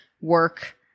work